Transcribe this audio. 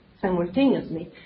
Simultaneously